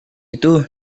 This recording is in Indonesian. itu